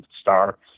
star